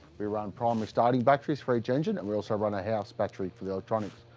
we run primary starting batteries for each engine, and we also run a house battery for the electronics.